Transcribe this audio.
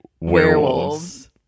Werewolves